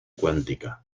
cuántica